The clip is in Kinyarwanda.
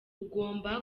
ugomba